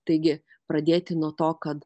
taigi pradėti nuo to kad